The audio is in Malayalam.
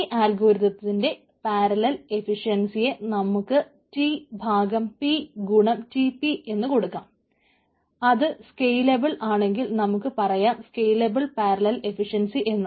ഈ അൽഗോരിതത്തിന്റെ ആണെങ്കിൽ നമുക്ക് പറയാം സ്കെയിലബിൾ പാരലൽ എഫിഷ്യൻസി എന്ന്